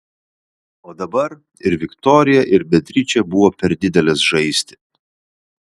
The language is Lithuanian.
o dabar ir viktorija ir beatričė buvo per didelės žaisti